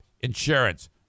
Insurance